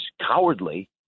cowardly